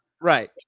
right